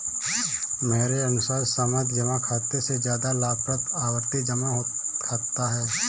मेरे अनुसार सावधि जमा खाते से ज्यादा लाभप्रद आवर्ती जमा खाता है